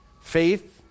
Faith